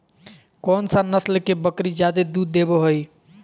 कौन सा नस्ल के बकरी जादे दूध देबो हइ?